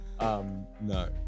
no